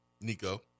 Nico